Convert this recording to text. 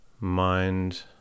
Mind